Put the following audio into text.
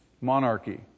monarchy